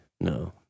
no